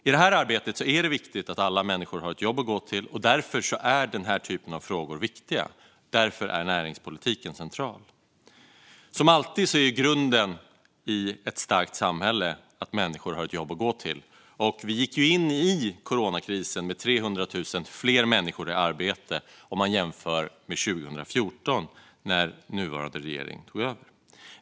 I det arbetet är det viktigt att alla människor har ett jobb att gå till, och därför är den här typen av frågor viktiga. Därför är näringspolitiken central. Som alltid är grunden i ett starkt samhälle att människor har ett jobb att gå till. Vi gick ju in i coronakrisen med 300 000 fler människor i arbete jämfört med 2014, då nuvarande regering tog över.